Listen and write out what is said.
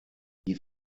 die